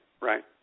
Right